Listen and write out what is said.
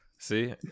See